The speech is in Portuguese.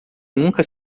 nunca